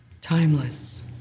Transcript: timeless